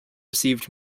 received